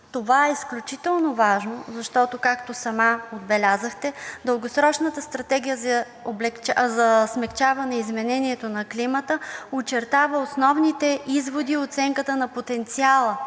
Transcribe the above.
Това е изключително важно, защото, както сама отбелязахте, Дългосрочната стратегия за смекчаване изменението на климата очертава основните изводи и оценката на потенциала